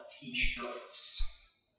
t-shirts